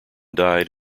died